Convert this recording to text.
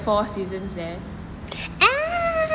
four seasons there